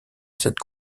cette